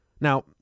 Now